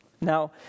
Now